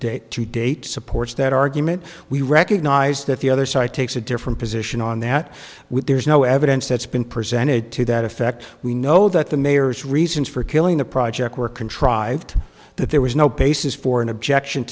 date to date supports that argument we recognize that the other side takes a different position on that with there's no evidence that's been presented to that effect we know that the mayor's reasons for killing the project were contrived that there was no basis for an objection